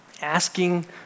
asking